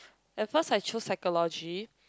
at first I chose psychology